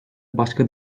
başka